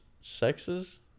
sexes